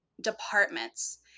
departments